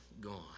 gone